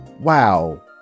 wow